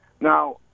Now